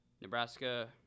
Nebraska